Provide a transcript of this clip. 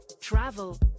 travel